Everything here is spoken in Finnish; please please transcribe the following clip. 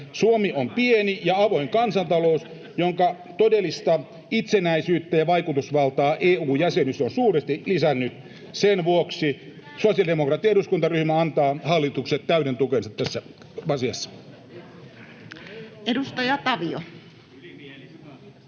Suomi on pieni ja avoin kansantalous, jonka todellista itsenäisyyttä ja vaikutusvaltaa EU-jäsenyys on suuresti lisännyt. Sen vuoksi sosiaalidemokraattinen eduskuntaryhmä antaa hallitukselle täyden tukensa tässä asiassa. [Speech 7]